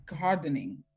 gardening